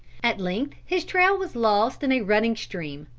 at length his trail was lost in a running stream.